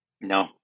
No